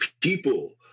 people